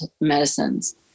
medicines